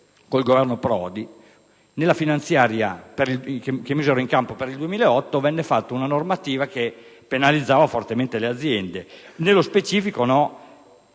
nella finanziaria messa in campo per il 2008, venne fatta una normativa che penalizzava fortemente le aziende. Nello specifico,